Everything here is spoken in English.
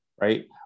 right